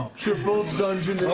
triple dungeness